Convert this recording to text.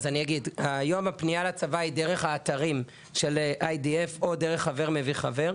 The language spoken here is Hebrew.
היום הפנייה לצבא היא דרך האתרים שלIDF או דרך חבר מביא חבר,